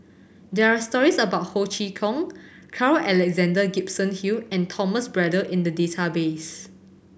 there are stories about Ho Chee Kong Carl Alexander Gibson Hill and Thomas Braddell in the database